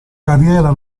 carriera